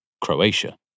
Croatia